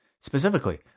specifically